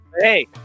Hey